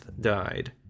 died